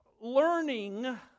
learning